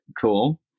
cool